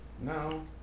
No